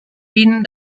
vint